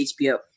HBO